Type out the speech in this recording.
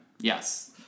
Yes